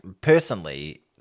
personally